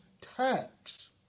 tax